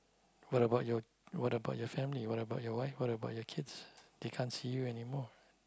what about your what about your family what about your wife what about your kids they can't see you anymore